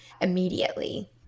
immediately